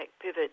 Pivot